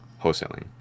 wholesaling